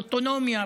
אוטונומיה,